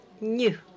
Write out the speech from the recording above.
new